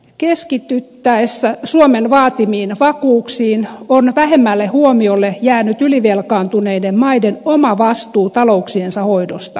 keskityttäessä suomen vaatimiin vakuuksiin on vähemmälle huomiolle jäänyt ylivelkaantuneiden maiden oma vastuu talouksiensa hoidosta